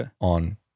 on